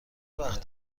وقت